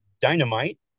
Dynamite